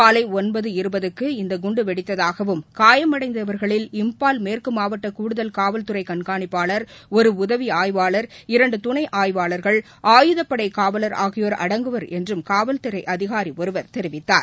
காலை ஒன்பது இருபதுக்கு இந்த குண்டு வெடித்ததாகவும் காயமடைந்தவர்களில் இம்பால் மேற்கு மாவட்ட கூடுதல் காவல்துறை கண்காணிப்பாளர் ஒரு உதவி ஆய்வாளர் இரண்டு துணை ஆய்வாளர்கள் ஆயுதப்படை காவலர் ஆகியோர் அடங்குவர் என்று காவல்துறை அதிகாரி ஒருவர் தெரிவித்தார்